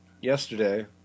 yesterday